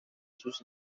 sus